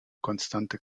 konstante